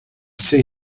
see